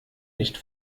nicht